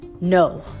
No